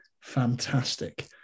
fantastic